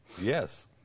Yes